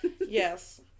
Yes